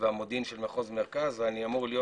והמודיעין של מחוז מרכז ואני אמור להיות